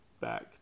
back